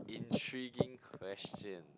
intriguing question